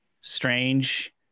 strange